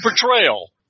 portrayal